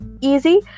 easy